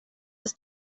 ist